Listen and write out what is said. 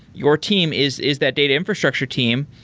your team is is that data infrastructure team.